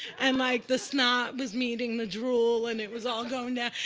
and like, the snot was meeting the drool, and it was all going down.